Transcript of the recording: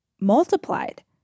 multiplied